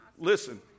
Listen